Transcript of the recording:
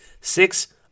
Six